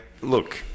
Look